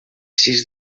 sis